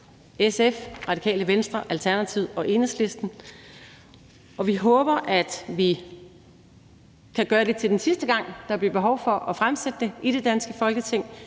SF, Radikale Venstre, Alternativet og Enhedslisten, genfremsætter det nu. Vi håber, at det er sidste gang, der bliver behov for at fremsætte det i det danske Folketing,